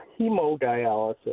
hemodialysis